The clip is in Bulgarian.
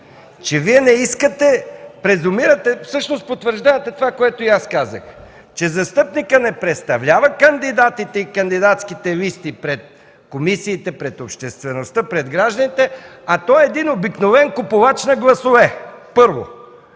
Вие не искате, а всъщност потвърждавате това, което и аз казах – че застъпникът не представлява кандидатите и кандидатските листи пред комисиите, пред обществеността и пред гражданите, а е един обикновен купувач на гласове. Това,